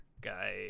guy